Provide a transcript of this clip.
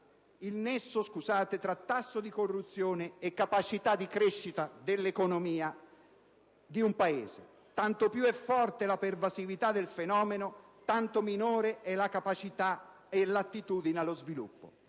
il nesso tra tasso di corruzione e capacità di crescita dell'economia di un Paese. Tanto è forte la pervasività del fenomeno, tanto minore è la capacità e l'attitudine allo sviluppo.